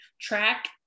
track